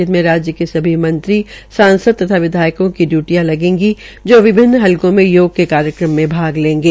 इनमें राज्य के सभी मंत्रियों सांसदों तथा विधायकों की इयूटियां लगाई जाएगी जोकि विभिन्न हलकों में योग के कार्यक्रम में भाग लेंगे